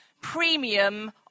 premium